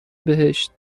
بهشت